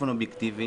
אובייקטיבי,